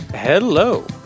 Hello